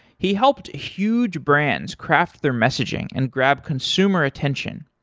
he helped huge brands craft their messaging and grab consumer attention.